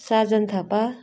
Sajan Thapa